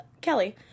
Kelly